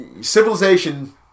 Civilization